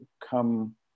come